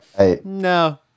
no